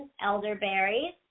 elderberries